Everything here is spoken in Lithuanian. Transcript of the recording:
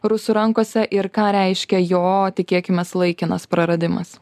rusų rankose ir ką reiškia jo tikėkimės laikinas praradimas